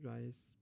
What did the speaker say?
rice